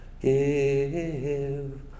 give